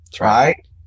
Right